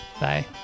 Bye